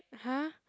!huh!